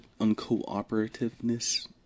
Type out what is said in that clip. uncooperativeness